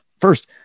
first